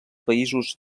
països